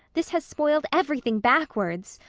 this has spoiled everything backwards.